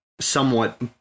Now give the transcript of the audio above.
somewhat